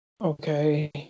Okay